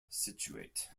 scituate